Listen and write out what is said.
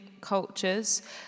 cultures